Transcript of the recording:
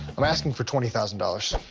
i'm asking for twenty thousand dollars.